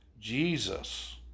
Jesus